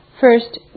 First